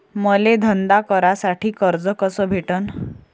मले धंदा करासाठी कर्ज कस भेटन?